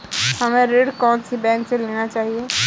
हमें ऋण कौन सी बैंक से लेना चाहिए?